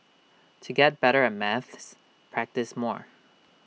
to get better at maths practise more